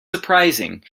surprising